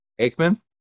Aikman